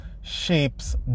shapes